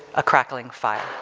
a crackling fire.